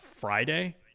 Friday